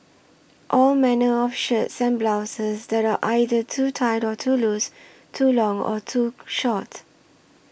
all manner of shirts send blouses that are either too tight or too loose too long or too short